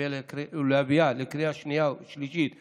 ולהביאה לקריאה שנייה ושלישית במהרה.